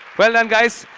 well done, guys.